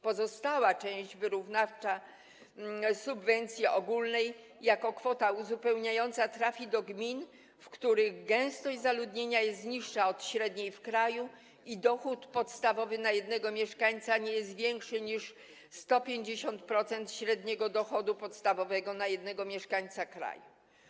Pozostała część wyrównawcza subwencji ogólnej jako kwota uzupełniająca trafi do gmin, w których gęstość zaludnienia jest niższa od średniej w kraju i dochód podstawowy na jednego mieszkańca nie jest większy niż 150% średniego dochodu podstawowego na jednego mieszkańca kraju.